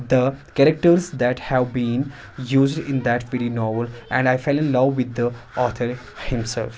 the characters that have been used in that very novel and I fell in love with the author himself